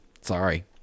sorry